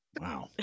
Wow